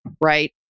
Right